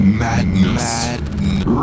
madness